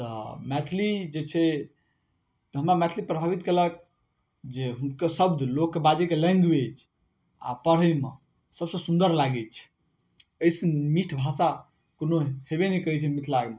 तऽ मैथिली जे छै तऽ हमरा मैथिली प्रभावित केलक जे हुनकर शब्द लोकके बाजै के लैंग्वैज आओर पढ़ैमे सबसँ सुन्दर लागै छै अइसँ मीठ भाषा कोनो हेबै नहि करै छै मिथिलामे